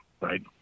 Right